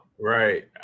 Right